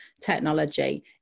technology